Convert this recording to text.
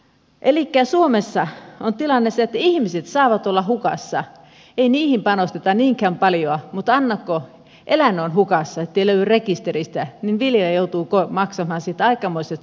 elikkä suomessa on tilanne se että ihmiset saavat olla hukassa ei niihin panosteta niinkään paljon mutta anna kun eläin on hukassa ettei löydy rekisteristä niin viljelijä joutuu maksamaan siitä aikamoiset sanktiot